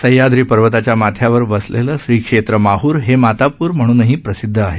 सहयाद्री पर्वताच्या माथ्यावर वसलेले श्रीक्षेत्र माहर हे मातापूर म्हणूनही प्रसिद्ध आहे